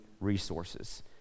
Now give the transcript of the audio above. resources